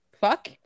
fuck